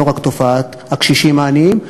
לא רק תופעת הקשישים העניים.